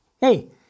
hey